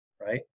right